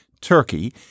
Turkey